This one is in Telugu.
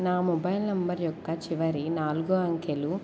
నా మొబైల్ నంబర్ యొక్క చివరి నాలుగు అంకెలు